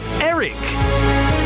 Eric